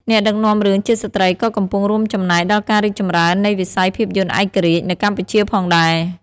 អ្នកដឹកនាំរឿងជាស្ត្រីក៏កំពុងរួមចំណែកដល់ការរីកចម្រើននៃវិស័យភាពយន្តឯករាជ្យនៅកម្ពុជាផងដែរ។